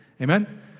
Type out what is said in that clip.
Amen